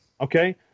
Okay